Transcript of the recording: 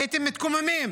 הייתם מתקוממים